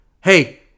Hey